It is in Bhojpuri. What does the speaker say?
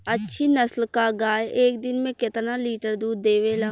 अच्छी नस्ल क गाय एक दिन में केतना लीटर दूध देवे ला?